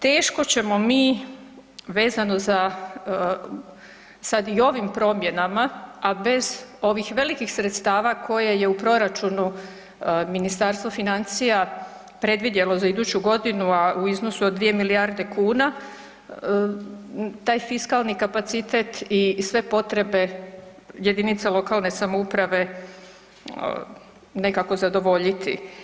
Teško ćemo mi vezano za sad i ovim promjenama, a bez ovih velikih sredstava koje je u proračunu Ministarstvo financija predvidjelo za iduću godinu, a u iznosu od 2 milijarde kuna taj fiskalni kapacitet i sve potrebe jedinica lokalne samouprave nekako zadovoljit.